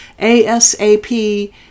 ASAP